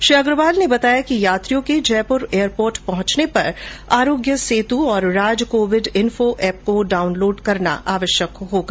श्री अग्रवाल ने बताया कि यात्रियों के जयपुर एयरपोर्ट पहुंचने पर आरोग्य सेतु और राजकोविड इन्फो एप को डाउनलोड करना आवश्यक होगा